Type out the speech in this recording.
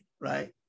right